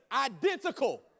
identical